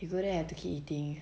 you go there have to keep eating